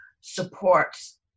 supports